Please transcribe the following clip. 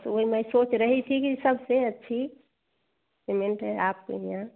वही मैं सोच रही थी कि सबसे अच्छी सीमेंट है आपके यहाँ